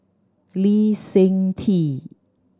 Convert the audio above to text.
Lee Seng Tee